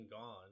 gone